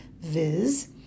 viz